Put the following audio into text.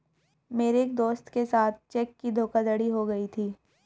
मेरे एक दोस्त के साथ चेक की धोखाधड़ी हो गयी थी